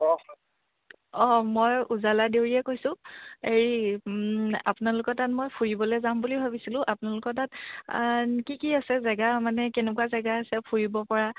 কওকচোন অঁ মই উজালা দেউৰীয়ে কৈছোঁ হেৰি আপোনালোকৰ তাত মই ফুৰিবলৈ যাম বুলি ভাবিছিলোঁ আপোনালোকৰ তাত কি কি আছে জেগা মানে কেনেকুৱা জেগা আছে ফুৰিবপৰা